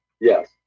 Yes